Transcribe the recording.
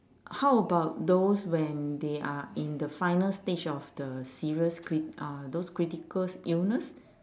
how about those when they are in the final stage of the serious crit~ uh those critical illness